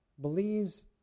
believes